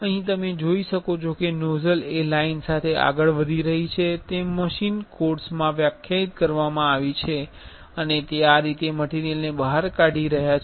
અહીં તમે જોઈ શકો છો કે નોઝલ એ લાઇન સાથે આગળ વધી રહી છે જે મશીન કોર્સ માં વ્યાખ્યાયિત કરવામાં આવી છે અને તે આ રીતે મટીરિયલને બહાર કાઢી રહ્યા છે